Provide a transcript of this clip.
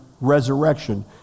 resurrection